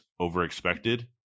overexpected